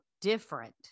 different